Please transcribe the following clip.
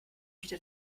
wieder